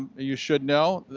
you should know,